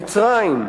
במצרים,